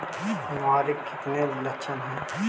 बीमारी के कितने लक्षण हैं?